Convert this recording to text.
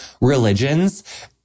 religions